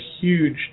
huge